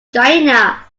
china